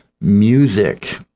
music